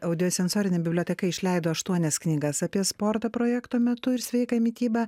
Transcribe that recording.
audio sensorinė biblioteka išleido aštuonias knygas apie sportą projekto metu ir sveiką mitybą